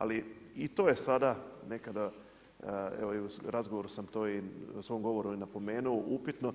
Ali i to je sada nekada evo, u razgovoru sam to i u svom govoru i napomenuo, upitno,